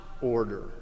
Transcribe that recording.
order